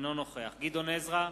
אינו נוכח גדעון עזרא,